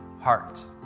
heart